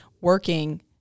working